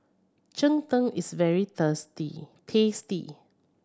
cheng tng is very tasty